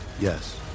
Yes